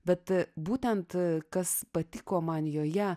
bet būtent tai kas patiko man joje